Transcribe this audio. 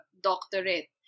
doctorate